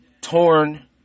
torn